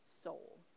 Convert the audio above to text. soul